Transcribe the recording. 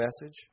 message